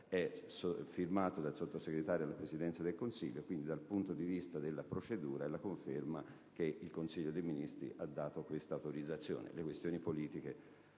è firmata dal Sottosegretario alla Presidenza del Consiglio, quindi, dal punto di vista della procedura, è la conferma che il Consiglio dei ministri ha dato questa autorizzazione. Le questioni politiche